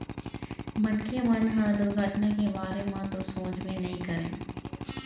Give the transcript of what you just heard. मनखे मन ह दुरघटना के बारे म तो सोचबे नइ करय